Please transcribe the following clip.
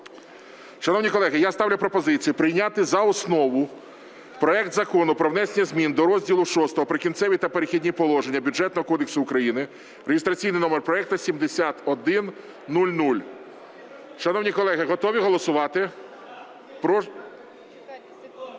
Шановні колеги, я ставлю пропозицію прийняти за основу проект Закону про внесення змін до розділу VI "Прикінцеві та перехідні положення" Бюджетного кодексу України (реєстраційний номер проекту 7100). Шановні колеги, готові голосувати?